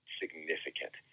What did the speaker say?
significant